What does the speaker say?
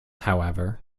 however